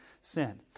sin